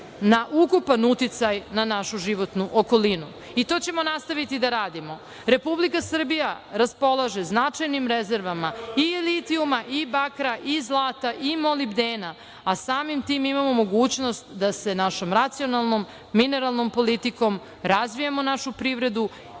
na ukupan uticaj na našu životnu okolinu, i to ćemo nastaviti da radimo. Republika Srbija raspolaže značajnim rezervama i litijuma, i bakra, i zlata, i molibdena, a samim tim imamo mogućnost da našom racionalnom mineralnom politikom razvijemo našu privredu